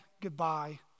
goodbye